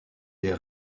des